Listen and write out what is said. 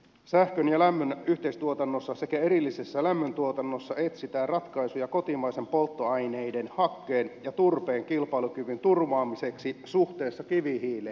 sähkön ja lämmön yhteistuotannossa sekä erillisessä lämmöntuotannossa etsitään ratkaisuja kotimaisten polttoaineiden hakkeen ja turpeen kilpailukyvyn turvaamiseksi suhteessa kivihiileen